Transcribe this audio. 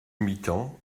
mitan